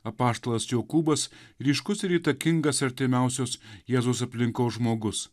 apaštalas jokūbas ryškus ir įtakingas artimiausios jėzaus aplinkos žmogus